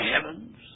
heavens